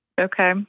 Okay